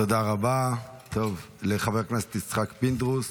תודה רבה לחבר הכנסת יצחק פינדרוס.